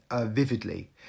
Vividly